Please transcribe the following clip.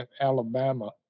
Alabama